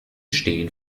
stehen